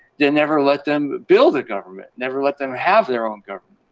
they never let them build a government, never let them have their own government.